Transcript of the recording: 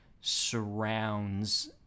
surrounds